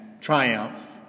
triumph